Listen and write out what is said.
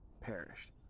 perished